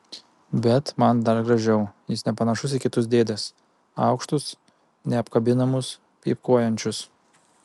bet man dar gražiau jis nepanašus į kitus dėdes aukštus neapkabinamus pypkiuojančius